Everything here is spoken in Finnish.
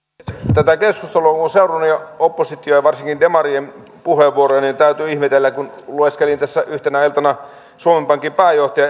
tätä keskustelua kun on seurannut ja opposition ja varsinkin demarien puheenvuoroja niin täytyy ihmetellä lueskelin tässä yhtenä iltana suomen pankin pääjohtajan